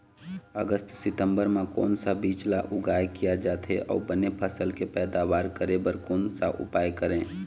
अगस्त सितंबर म कोन सा बीज ला उगाई किया जाथे, अऊ बने फसल के पैदावर करें बर कोन सा उपाय करें?